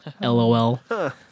Lol